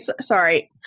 sorry